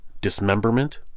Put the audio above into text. dismemberment